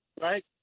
right